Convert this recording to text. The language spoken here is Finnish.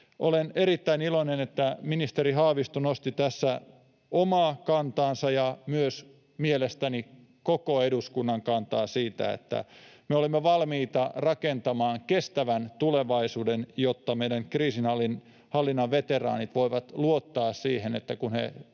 Olen erittäin iloinen, että ministeri Haavisto nosti tässä esiin omaa kantaansa ja myös mielestäni koko eduskunnan kantaa, että me olemme valmiita rakentamaan kestävän tulevaisuuden, jotta meidän kriisinhallinnan veteraanit voivat luottaa siihen, että kun he